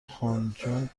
خانجون